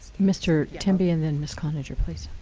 mr. temby and then ms. cloninger, please.